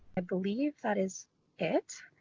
i believe that is it.